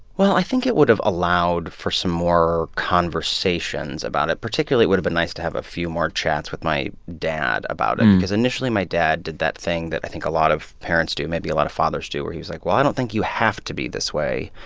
well, i think it would have allowed for some more conversations about it. particularly, it would have been nice to have a few more chats with my dad about it because, initially, my dad did that thing that i think a lot of parents do, maybe a lot of fathers do, where he was like, well, i don't think you have to be this way.